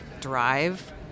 drive